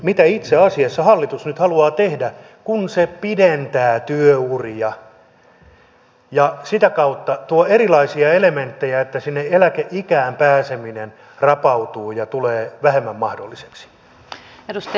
mitä itse asiassa hallitus nyt haluaa tehdä kun se pidentää työuria ja sitä kautta tuo erilaisia elementtejä niin että eläkeikään pääseminen rapautuu ja tulee vähemmän mahdolliseksi